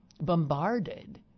bombarded